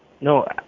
No